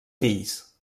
fills